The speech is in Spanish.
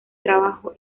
trabajo